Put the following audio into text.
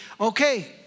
Okay